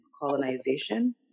colonization